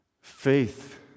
Faith